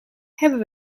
hebben